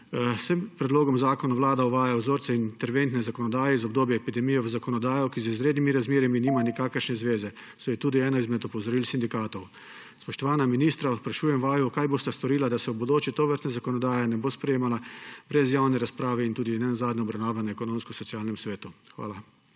tem predlogom zakona vlada uvaja vzorce interventne zakonodaje iz obdobja epidemije v zakonodajo, ki z izrednimi razmerami nima nikakršne zveze, saj je to tudi eno od opozoril sindikatov. Spoštovana ministra, sprašujem vaju: Kaj bosta storila, da se v prihodnje tovrstna zakonodaja ne bo sprejemala brez javne razprave in tudi obravnave na Ekonomsko-socialnem svetu? Hvala.